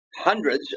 hundreds